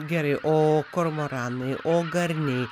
gerai o kormoranai o garniai